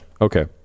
Okay